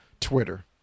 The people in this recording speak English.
Twitter